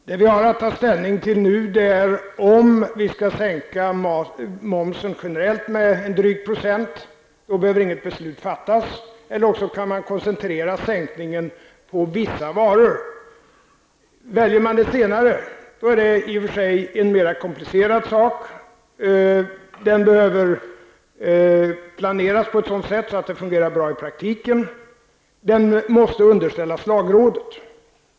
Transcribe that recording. Herr talman! Det vi har att ta ställning till nu är om vi skall sänka momsen generellt med en dryg procent. Då behöver inget speciellt beslut fattas. Man kan också koncentrera sänkningen till vissa varor. Väljer man det senare, blir det i och för sig en mer komplicerad sak. Den behöver planeras på ett sådant sätt att den fungerar bra i praktiken. Den måste underställas lagrådet.